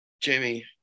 Jamie